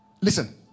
Listen